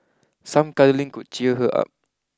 some cuddling could cheer her up